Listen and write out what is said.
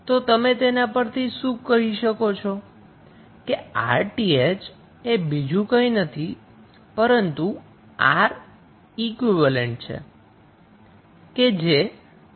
તો તમે તેના પરથી શું કહી શકો છો કે 𝑅𝑇ℎ એ બીજું કંઈ નથી પરંતુ 𝑅𝑒𝑞 છે જે આ 2 ટર્મિનલના અક્રોસમાં છે